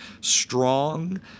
strong